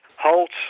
Holt